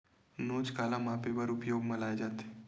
नोच काला मापे बर उपयोग म लाये जाथे?